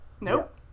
nope